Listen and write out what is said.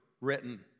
written